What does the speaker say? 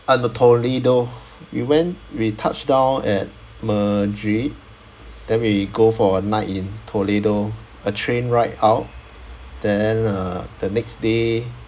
and the toledo we went we touched down at madrid then we go for a night in toledo a train ride out then uh the next day